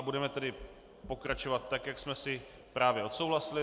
Budeme tedy pokračovat tak, jak jsme si právě odsouhlasili.